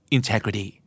Integrity